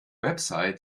website